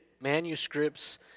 manuscripts